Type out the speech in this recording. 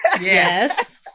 Yes